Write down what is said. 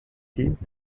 dient